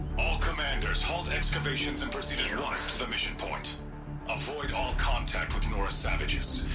all commanders, halt excavations and proceed at once to the mission point um point all contact with nora savages.